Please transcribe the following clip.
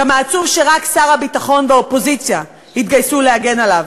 כמה עצוב שרק שר הביטחון והאופוזיציה התגייסו להגן עליו.